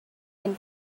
been